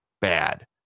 bad